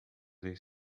this